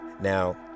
now